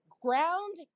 ground